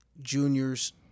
juniors